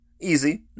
easy